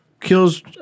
kills